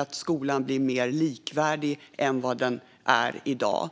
att skolan blir mer likvärdig än den är i dag.